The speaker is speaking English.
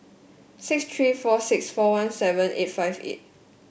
six three four six four one seven eight five eight